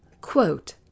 Quote